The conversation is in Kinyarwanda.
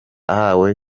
ahawe